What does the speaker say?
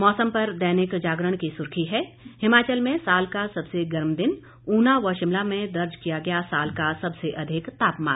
मौसम पर दैनिक जागरण की सुर्खी है हिमाचल में साल का सबसे गर्म दिन उना व शिमला में दर्ज किया गया साल का सबसे अधिक तापमान